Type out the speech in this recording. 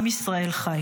עם ישראל חי.